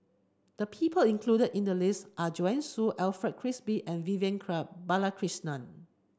the people included in the list are Joanne Soo Alfred Frisby and Vivian Club Balakrishnan